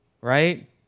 right